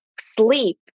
sleep